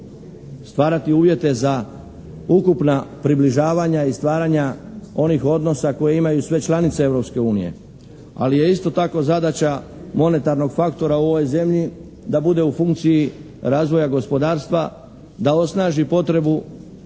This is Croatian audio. stvarati uvjete za ukupna približavanja i stvaranja onih odnosa koje imaju sve članice Europske unije. Ali je isto tako zadaća monetarnog faktora u ovoj zemlji da bude u funkciji razvoja gospodarstva da osnaži potrebu